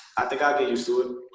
think i'll get used to